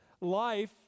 Life